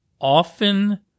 often